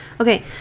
okay